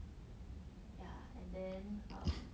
ya and then um